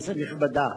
במתכונת כפי שגובשה